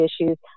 issues